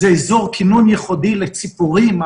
זה אזור קינון ייחודי לציפורים,